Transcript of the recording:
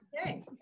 okay